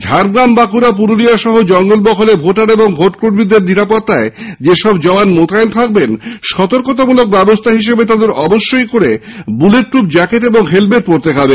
ঝাড়গ্রাম বাঁকুড়া পুরুলিয়া সহ জঙ্গলমহলে ভোটার ও ভোটকর্মীদের নিরাপত্তায় যে সব জওয়ান মোতায়েন থাকবেন সতর্কতামূলক ব্যবস্হা হিসাবে তাদের অবশ্যই বুলেট প্রুফ জ্যাকেট ও হেলমেট পরতে হবে